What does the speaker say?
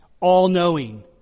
all-knowing